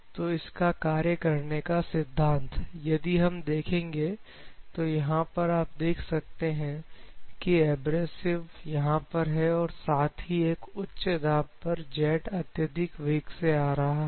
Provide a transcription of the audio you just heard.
तो इसका कार्य करने का सिद्धांत यदि हम देखें तो यहां पर आप देख सकते हैं कि एब्रेसिव यहां पर है और साथ ही एक उच्च दाब पर जेट अत्यधिक वेग से आ रहा है